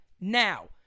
Now